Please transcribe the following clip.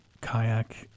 kayak